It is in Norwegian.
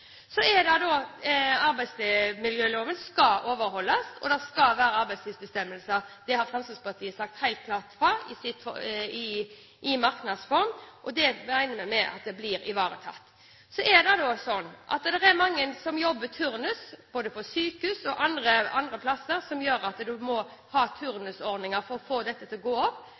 Arbeidsmiljøloven skal overholdes, og det skal være arbeidstidsbestemmelser. Det har Fremskrittspartiet sagt helt klart fra i merknads form, og det regner vi med blir ivaretatt. Det er mange som jobber turnus, både på sykehus og andre plasser, som gjør at man må ha turnusordninger for å få dette til å gå opp,